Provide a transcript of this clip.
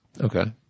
Okay